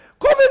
COVID